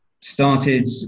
Started